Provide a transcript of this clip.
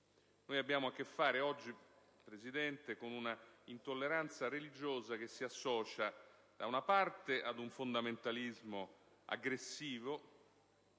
Noi abbiamo a che fare oggi, Presidente, con una intolleranza religiosa che si associa, da una parte, ad un fondamentalismo aggressivo